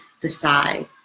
decide